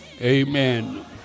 Amen